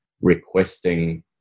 requesting